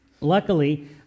Luckily